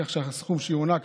כך שהסכום שיוענק